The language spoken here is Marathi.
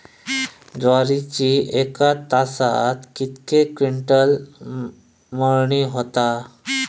ज्वारीची एका तासात कितके क्विंटल मळणी होता?